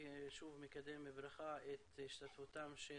אני שוב מקדם בברכה את השתתפותם של